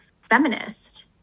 feminist